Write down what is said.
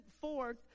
forth